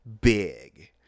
big